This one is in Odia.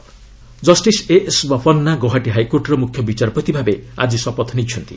Guwahati HC CJ justice A S Bopanna Guwahati ହାଇକୋର୍ଟର ମୁଖ୍ୟ ବିଚାରପତି ଭାବେ ଆଜି ଶପଥ ନେଇଛନ୍ତି